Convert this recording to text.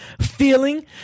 feeling